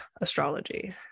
astrology